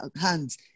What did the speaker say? hands